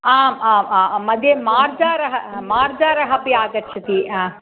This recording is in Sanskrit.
आम् आम् आ मध्ये मार्जारः मार्जारः अपि आगच्छति हा